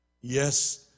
Yes